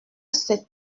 cet